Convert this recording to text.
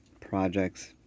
projects